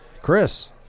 Chris